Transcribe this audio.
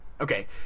Okay